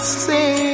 say